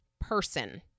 person